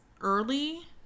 early